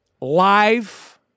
live